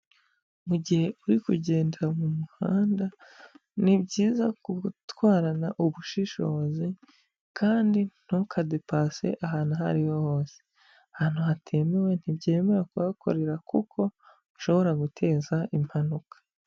Mu gihe uri kugendera mu muhanda, ni byiza gutwarana ubushishozi kandi ntukadepase ahantu aho ari hose. Ahantu hatemewe ntibyemewe kuhakorera kuko ushobora guteza impanuka.